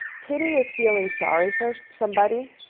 pity is feeling sorry for somebody,